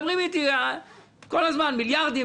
מדברים אתי כל הזמן על מיליארדים,